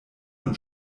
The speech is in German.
und